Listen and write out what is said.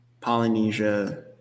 Polynesia